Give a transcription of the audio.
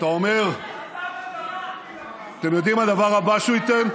אתם יודעים מה הדבר הבא שהוא ייתן?